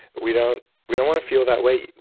we don't we don't want to feel that way.